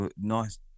nice